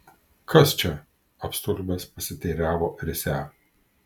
kas čia apstulbęs pasiteiravo risią